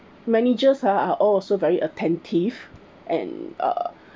managers are also very attentive and uh